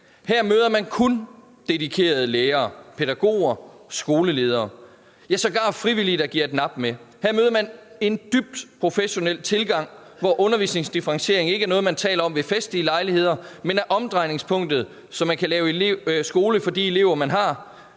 Her møder man kun dedikerede lærere, pædagoger, skoleledere, sågar frivillige, der giver et nap med. Her møder man en dybt professionel tilgang, hvor undervisningsdifferentiering ikke er noget, man taler om ved festlige lejligheder, men er omdrejningspunktet, så man kan lave skole for de elever, man har,